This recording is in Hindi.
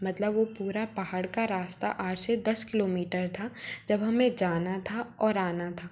मतलब वह पूरा पहाड़ का रास्ता आठ से दस किलोमीटर था जब हमें जाना था और आना था